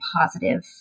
positive